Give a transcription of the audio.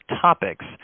topics